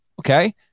Okay